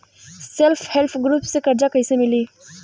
Self help group से कर्जा कईसे मिली?